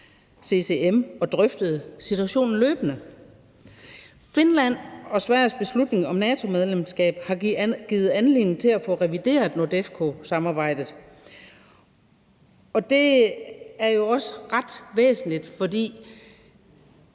CCM, og drøftet situationen løbende. Finlands og Sveriges beslutning om NATO-medlemskab har givet anledning til at få revideret NORDEFCO-samarbejdet. Det er også ret væsentligt, for